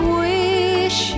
wish